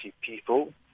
people